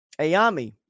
Ayami